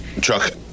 Chuck